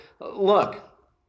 look